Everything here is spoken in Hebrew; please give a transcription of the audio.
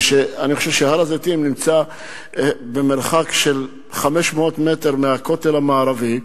הר-הזיתים נמצא במרחק של 500 מטר מהכותל המערבי,